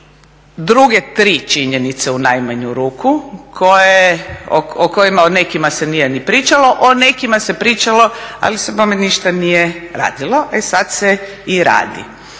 druge tri činjenice u najmanju ruku o kojima, o nekim a se nije ni pričalo, o nekima se pričalo ali se bome ništa nije radilo, e sad se i radi.